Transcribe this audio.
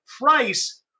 price